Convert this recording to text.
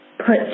put